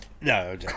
No